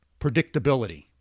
predictability